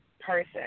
person